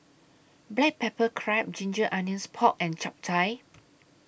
Black Pepper Crab Ginger Onions Pork and Chap Chai